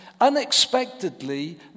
unexpectedly